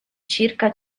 circa